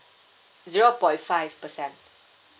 zero point five percent